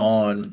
on